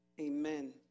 Amen